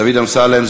דוד אמסלם?